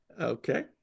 okay